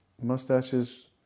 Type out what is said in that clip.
mustaches